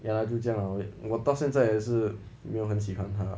ya lah 就这样 lah 我到现在也是没有很喜欢他 lah